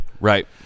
right